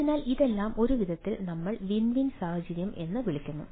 അതിനാൽ ഇതെല്ലാം ഒരു വിധത്തിൽ നമ്മൾ വിൻ വിൻ സാഹചര്യം എന്ന് വിളിക്കുന്നു